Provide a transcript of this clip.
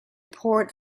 poured